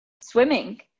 swimming